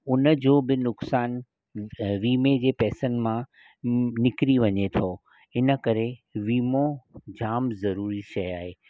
हुनजो बि नुक़सान विमे जे पैसनि मां निकिरी वञे थो इनकरे विमो जाम ज़रूरी शइ आहे